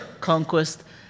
conquest